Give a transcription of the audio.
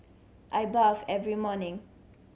I bathe every morning